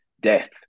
death